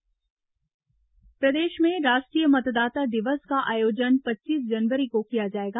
राष्ट्रीय मतदाता दिवस प्रदेश में राष्ट्रीय मतदाता दिवस का आयोजन पच्चीस जनवरी को किया जाएगा